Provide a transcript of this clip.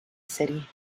city